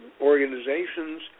organizations